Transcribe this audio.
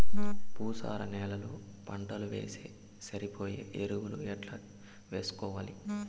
భూసార నేలలో పంటలు వేస్తే సరిపోయే ఎరువులు ఎట్లా వేసుకోవాలి?